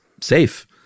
safe